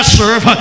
serve